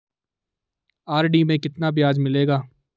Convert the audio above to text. RD में कितना ब्याज मिलेगा?